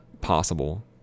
possible